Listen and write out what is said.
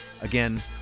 again